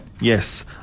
Yes